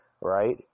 right